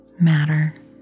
matter